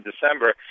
December